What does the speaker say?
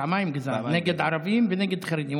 פעמיים גזען, נגד ערבים ונגד חרדים.